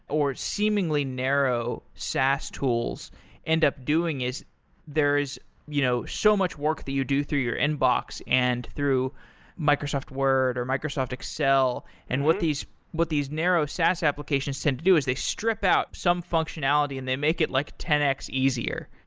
or seemingly narrow sas tools end up doing, is there is you know so much work that you do through your inbox and through microsoft word, or microsoft excel, and what these what these narrow sas applications tend to do is they strip out some functionality and they make it like ten x easier.